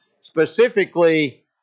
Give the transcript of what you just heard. specifically